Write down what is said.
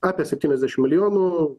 apie septyniasdešim milijonų